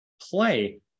play